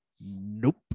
Nope